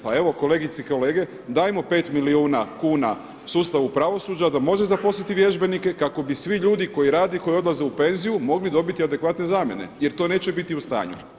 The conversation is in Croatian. Pa evo kolegice i kolege, dajmo pet milijuna kuna sustavu pravosuđa da može zaposliti vježbenike kako bi svi ljudi koji rade i koji odlaze u penziju mogli dobiti adekvatne zamjene jer to neće biti u stanju.